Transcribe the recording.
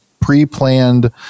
pre-planned